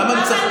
למה אני צריך,